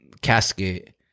casket